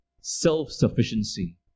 Self-sufficiency